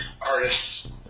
artists